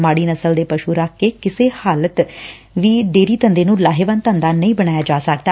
ਮਾਤੀ ਨਸਲ ਦੇ ਪਸ੍ਸੁ ਰੱਖ ਕੇ ਕਿਸੇ ਹਾਲਤ ਡੇਅਰੀ ਧੰਦੇ ਨੂੰ ਲਾਹੇਵੰਦ ਧੰਦਾ ਨਹੀਂ ਬਣਾਇਆ ਜਾ ਸਕਦਾ